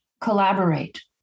collaborate